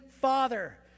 Father